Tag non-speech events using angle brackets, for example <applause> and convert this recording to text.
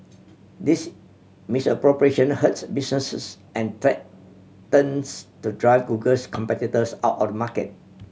this misappropriation hurts businesses and <unintelligible> to drive Google's competitors out of market